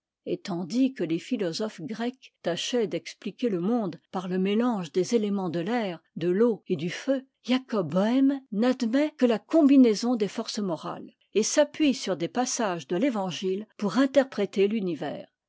et tandis que les philosophes grecs tâchaient d'expliquer le monde par le mélange des éléments de l'air de l'eau et du feu jacob bœhme n'admet que la combinaison des forces morales et s'appuie sur des passages det'ëvangite pour interpréter l'univers